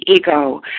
ego